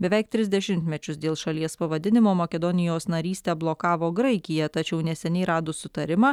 beveik tris dešimtmečius dėl šalies pavadinimo makedonijos narystę blokavo graikija tačiau neseniai radus sutarimą